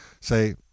say